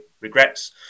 regrets